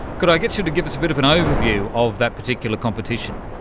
could i get you to give us a bit of an overview of that particular competition?